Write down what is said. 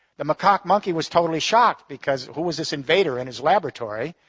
the macaque monkey was totally shocked, because who was this invader in his laboratory?